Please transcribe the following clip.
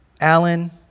Alan